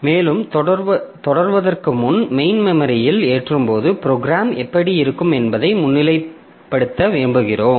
மேலும் தொடர்வதற்கு முன் மெயின் மெமரியில் ஏற்றும்போது ப்ரோக்ராம் எப்படி இருக்கும் என்பதை முன்னிலைப்படுத்த விரும்புகிறோம்